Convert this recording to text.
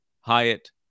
Hyatt